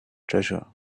treasure